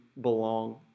belong